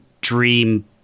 Dream